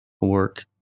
work